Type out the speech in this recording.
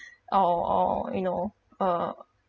or or you know uh